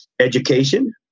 education